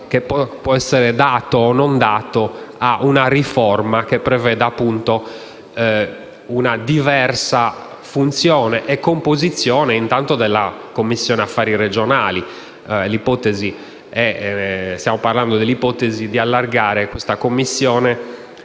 che può essere dato o meno a una riforma che preveda una diversa funzione e composizione innanzitutto della Commissione per le questioni regionali. Stiamo parlando dell'ipotesi di allargare questa Commissione